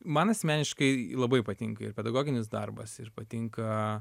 man asmeniškai labai patinka ir pedagoginis darbas ir patinka